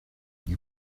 you